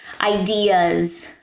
ideas